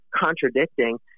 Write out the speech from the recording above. contradicting